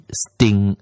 sting